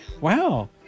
wow